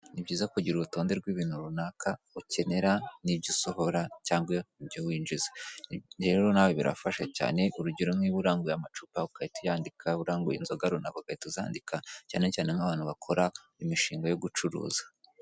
Ni byiza kugira urutonde rw'ibintu runaka ukenera, n'ibyo usohora cyangwa ibyo winjiza rero nawe birafasha cyane. Urugero niba uranguye amacupa ugahita uyandika niba uranguye inzoga runaka ugahita uzandika, cyane cyane nk'abantu bakora imishinga yo gucuruza.